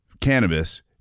cannabis